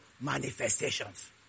Manifestations